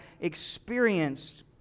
experienced